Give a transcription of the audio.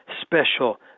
special